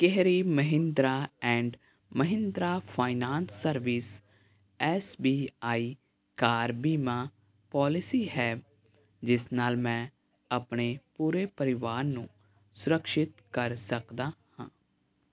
ਕਿਹੜੀ Mahindra and Mahindra finance service S B I car ਬੀਮਾ policy ਹੈ ਜਿਸ ਨਾਲ ਮੈਂ ਆਪਣੇ ਪੂਰੇ ਪਰਿਵਾਰ ਨੂੰ ਸੁਰਕਸ਼ਿਤ ਕਰ ਸਕਦਾ ਹਾਂ